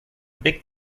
big